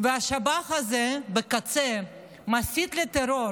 והשב"ח הזה בקצה מסית לטרור